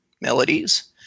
melodies